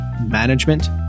management